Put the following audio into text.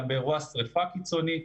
גם באירוע שריפה קיצוני.